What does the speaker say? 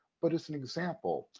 but as an example,